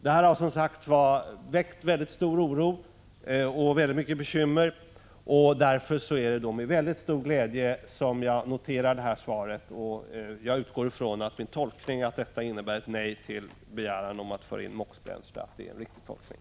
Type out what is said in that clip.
Planerna har som sagt väckt stor oro och väldigt mycket bekymmer, och därför är det med stor glädje som jag noterar det här svaret. Jag utgår ifrån att min tolkning, att svaret innebär nej till begäran om att föra in MOX-bränsle, är en riktig tolkning.